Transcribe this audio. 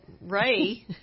Ray